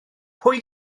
pwy